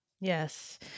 Yes